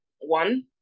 One